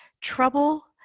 trouble